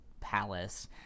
palace